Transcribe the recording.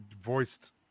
voiced